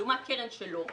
לעומת קרן שלא,